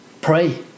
Pray